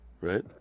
right